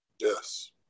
Yes